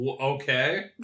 Okay